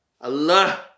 Allah